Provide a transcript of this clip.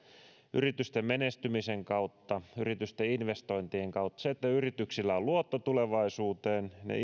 yritysten menestymisen kautta yritysten investointien kautta sen avulla että yrityksillä on luotto tulevaisuuteen ne